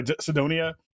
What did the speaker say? Sidonia